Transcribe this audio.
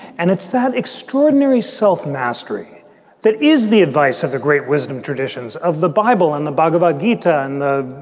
and it's that extraordinary self-mastery that is the advice of the great wisdom traditions of the bible and the bhagavad gita and the